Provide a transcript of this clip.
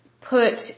put